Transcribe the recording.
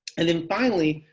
and then finally,